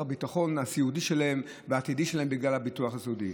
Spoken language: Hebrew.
הביטחון הסיעודי העתידי שלהם בגלל הביטוח הסיעודי.